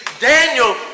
Daniel